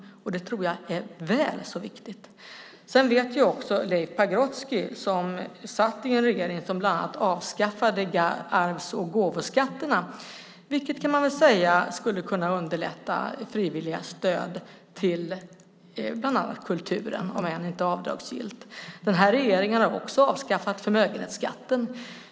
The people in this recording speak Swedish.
Det tror jag är väl så viktigt. Sedan vet ju också Leif Pagrotsky som satt i en regering som bland annat avskaffade arvs och gåvoskatterna, vilket man väl kan säga skulle kunna underlätta frivilliga stöd till bland annat kulturen om än inte avdragsgillt. Den här regeringen har också avskaffat förmögenhetsskatten.